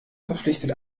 verpflichtet